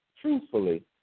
truthfully